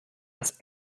das